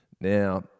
Now